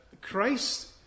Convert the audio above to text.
Christ